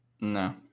No